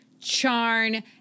Charn